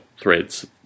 threads